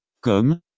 comme